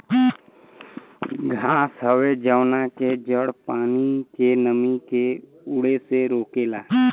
घास हवे जवना के जड़ पानी के नमी के उड़े से रोकेला